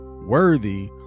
worthy